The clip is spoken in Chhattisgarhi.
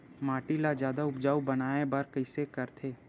माटी ला जादा उपजाऊ बनाय बर कइसे करथे?